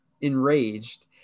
enraged